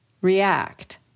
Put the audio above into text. react